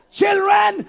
children